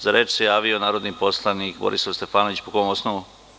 Za reč se javio narodni poslanik Borislav Stefanović, po kom osnovu?